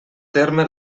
terme